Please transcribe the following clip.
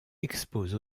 expose